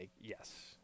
yes